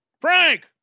Frank